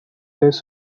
less